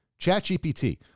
ChatGPT